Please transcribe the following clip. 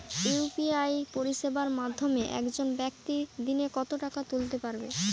UPI পরিষেবার মাধ্যমে একজন ব্যাক্তি দিনে কত টাকা তুলতে পারবে?